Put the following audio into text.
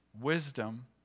Wisdom